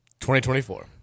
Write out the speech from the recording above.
2024